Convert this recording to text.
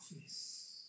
office